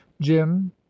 jim